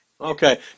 Okay